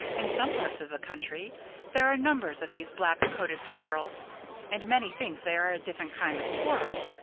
in some parts of the country there are numbers of these black-coated squirrels and many think they are a different kind of squirrel.